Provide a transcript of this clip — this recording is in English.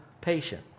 patient